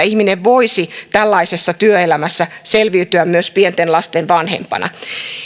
ihminen voisi tällaisessa työelämässä selviytyä myös pienten lasten vanhempana